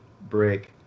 break